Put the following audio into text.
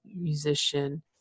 musician